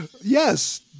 Yes